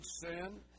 sin